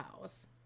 house